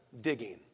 digging